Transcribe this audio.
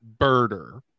birder